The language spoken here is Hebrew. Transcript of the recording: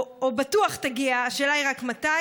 או בטוח תגיע, השאלה היא רק מתי.